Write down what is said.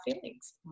feelings